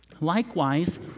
Likewise